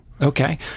Okay